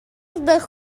the